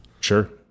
Sure